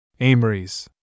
Amory's